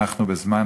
אנחנו בזמן